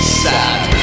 sad